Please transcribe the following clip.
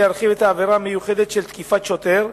להרחיב את העבירה המיוחדת של תקיפת שוטר,